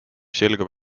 selgub